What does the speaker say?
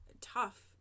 tough